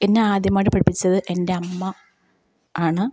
എന്നെ ആദ്യമായിട്ട് പഠിപ്പിച്ചത് എന്റെ അമ്മ ആണ്